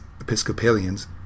Episcopalians